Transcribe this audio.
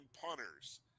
punters